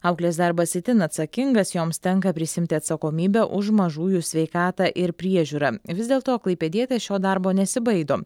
auklės darbas itin atsakingas joms tenka prisiimti atsakomybę už mažųjų sveikatą ir priežiūrą vis dėlto klaipėdietės šio darbo nesibaido